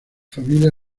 familia